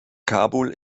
kabul